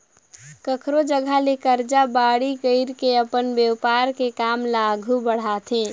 कखरो जघा ले करजा बाड़ही कइर के अपन बेपार के काम ल आघु बड़हाथे